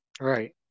right